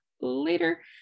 later